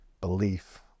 belief